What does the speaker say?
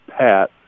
Pat